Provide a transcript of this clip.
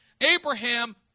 Abraham